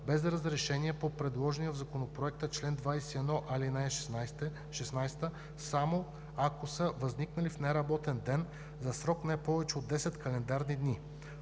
без разрешение по предложения в Законопроекта чл. 21, ал. 16, само ако са възникнали в неработен ден, за срок не повече от 10 календарни дни.